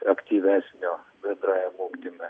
aktyvesnio bendrajam ugdyme